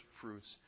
fruits